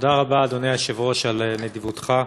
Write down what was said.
תודה רבה, אדוני היושב-ראש, על נדיבותך.